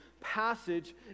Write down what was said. passage